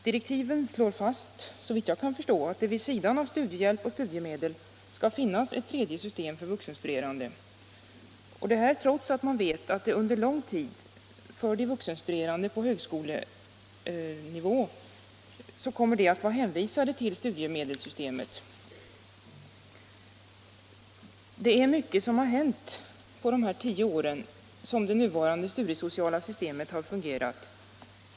Direktiven slår — såvitt jag kan förstå — fast att det vid sidan av studiehjälp och studiemedel skall finnas ett tredje system för vuxenstuderande. Detta trots att man vet att de vuxenstuderande på högskolenivå — på grund av den prioritering som ligger i riksdagsbeslutet om vuxenstudiestöd —- under lång tid kommer att vara hänvisade till studiemedelssystemet. Det är mycket som hänt på de tio år som det nuvarande studiesociala systemet har fungerat.